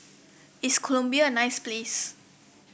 is Colombia a nice place